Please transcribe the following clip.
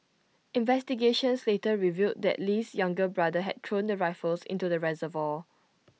investigations later revealed that Lee's younger brother had thrown the rifles into the reservoir